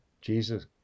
Jesus